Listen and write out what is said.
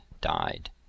died